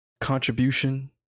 contribution